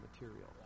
material